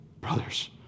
Brothers